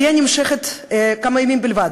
עלייה נמשכת כמה ימים בלבד.